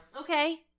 Okay